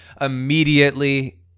immediately